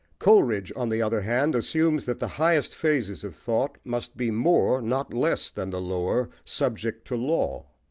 coleridge, on the other hand, assumes that the highest phases of thought must be more, not less, than the lower, subject to law.